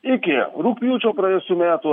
iki rugpjūčio praėjusių metų